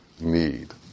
need